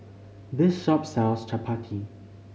this shop sells Chappati